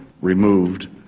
removed